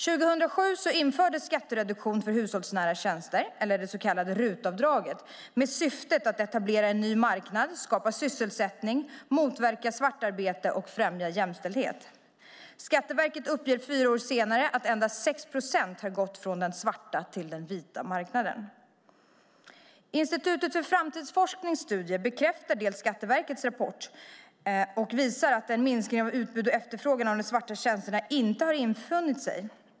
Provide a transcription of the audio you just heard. År 2007 infördes skattereduktion för hushållsnära tjänster, det så kallade RUT-avdraget, med syftet att etablera en ny marknad, skapa sysselsättning, motverka svartarbete och främja jämställdhet. Skatteverket uppger fyra år senare att endast 6 procent har gått från den svarta till den vita marknaden. Institutet för framtidsstudiers rapport bekräftar Skatteverkets rapport och visar att en minskning av utbud och efterfrågan på de svarta tjänsterna inte har infunnit sig.